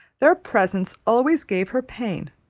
their presence always gave her pain,